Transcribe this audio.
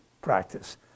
practice